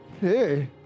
Hey